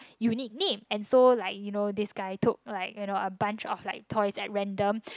unique name and so like you know this guy took like you know a bunch of like toys at random